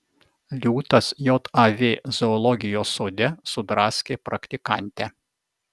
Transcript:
liūtas jav zoologijos sode sudraskė praktikantę